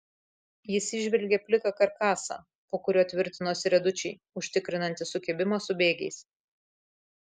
jis įžvelgė pliką karkasą po kuriuo tvirtinosi riedučiai užtikrinantys sukibimą su bėgiais